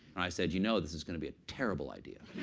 and i said, you know this is going to be a terrible idea?